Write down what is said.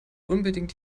unbedingt